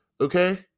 okay